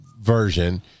version